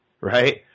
right